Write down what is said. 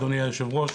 אדוני היושב-ראש